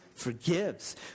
forgives